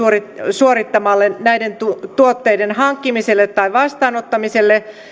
suorittamalle näiden tuotteiden hankkimiselle tai vastaanottamiselle